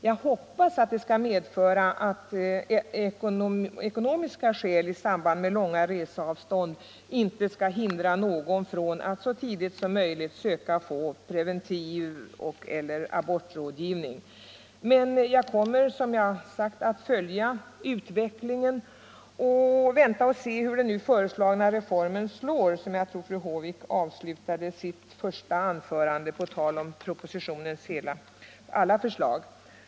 Jag hoppas att detta skall medföra att ekonomiska betänkligheter i samband med långa reseavstånd ej skall hindra någon från att så tidigt som möjligt söka få preventiv och/eller abortrådgivning. Jag kommer dock som sagt att följa utvecklingen och vänta och se hur den nu föreslagna reformen slår, på samma sätt som fru Håvik enligt vad hon avslutningsvis framhöll i sitt första anförande, där hon tog upp propositionens alla förslag.